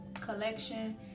collection